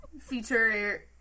feature